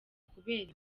kubera